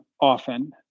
often